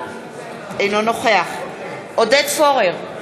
אינו נוכח עודד פורר,